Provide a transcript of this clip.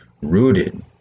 Rooted